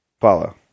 follow